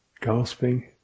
gasping